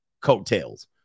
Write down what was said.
coattails